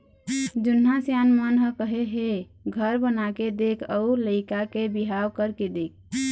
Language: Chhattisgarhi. जुन्ना सियान मन ह कहे हे घर बनाके देख अउ लइका के बिहाव करके देख